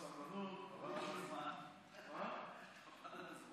אפילו שר המשפטים חייך מהבדיחה שלך.